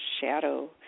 shadow